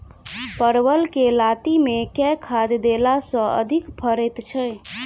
परवल केँ लाती मे केँ खाद्य देला सँ अधिक फरैत छै?